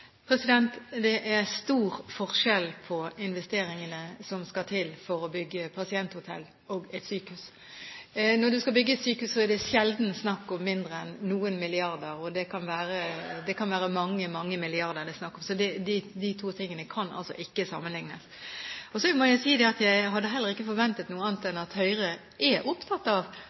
utgifter? Det er stor forskjell på investeringene som skal til for å bygge et pasienthotell og et sykehus. Når du skal bygge et sykehus, er det sjelden snakk om mindre enn noen milliarder, og det kan være snakk om mange, mange milliarder. Så de to tingene kan ikke sammenlignes. Så må jeg si at jeg heller ikke hadde forventet noe annet enn at Høyre er opptatt av